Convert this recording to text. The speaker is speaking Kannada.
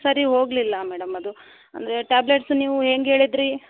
ಸರಿ ಹೋಗಲಿಲ್ಲ ಮೇಡಂ ಅದು ಅಂದರೆ ಟಾಬ್ಲೆಟ್ಸು ನೀವು ಹೆಂಗ್ ಹೇಳಿದ್ರಿ